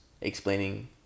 explaining